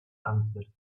answered